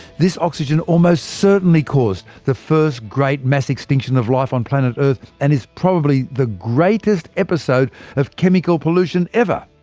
this oxygen almost certainly caused the first great mass extinction of life on planet earth, and is probably the greatest episode of chemical pollution ever.